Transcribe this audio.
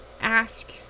ask